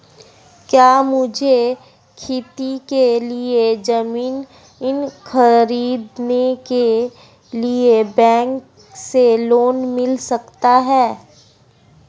क्या मुझे खेती के लिए ज़मीन खरीदने के लिए बैंक से लोन मिल सकता है?